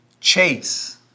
chase